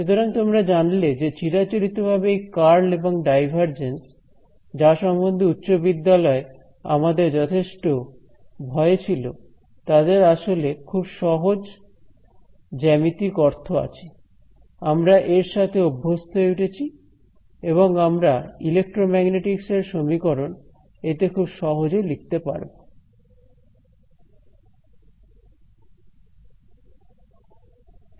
সুতরাং তোমরা জানলে যে চিরাচরিতভাবে এই কার্ল এবং ডাইভারজেন্স যা সম্বন্ধে উচ্চ বিদ্যালয় আমাদের যথেষ্ট ভয় ছিল তাদের আসলে খুব সহজ জ্যামিতিক অর্থ আছে আমরা এর সাথে অভ্যস্ত হয়ে উঠেছি এবং আমরা ইলেক্ট্রোম্যাগনেটিকস এর সমীকরণ এতে খুব সহজে লিখতে পারবো